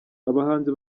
abahanzi